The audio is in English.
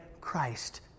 Christ